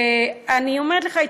ואני אומרת לך,